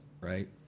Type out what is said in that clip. right